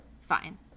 fine